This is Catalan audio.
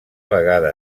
vegada